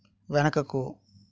వెనకకు